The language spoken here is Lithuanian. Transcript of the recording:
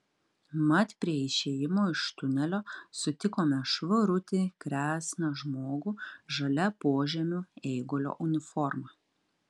mat prie išėjimo iš tunelio sutikome švarutį kresną žmogų žalia požemių eigulio uniforma